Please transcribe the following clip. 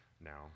now